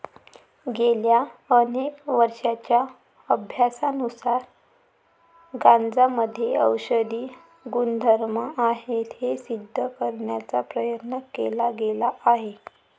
गेल्या अनेक वर्षांच्या अभ्यासानुसार गांजामध्ये औषधी गुणधर्म आहेत हे सिद्ध करण्याचा प्रयत्न केला गेला आहे